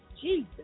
Jesus